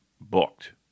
booked